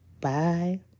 Bye